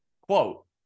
quote